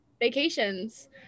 vacations